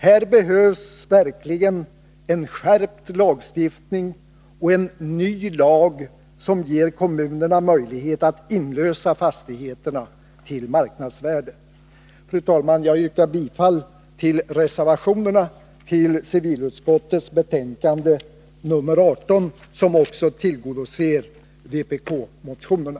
Här behövs verkligen en skärpt lagstiftning och en ny lag, som ger kommunerna möjlighet att inlösa fastigheterna till marknadsvärde. Fru talman! Jag yrkar bifall till reservationerna till civilutskottets betänkande nr 18, som också tillgodoser vpk-motionerna.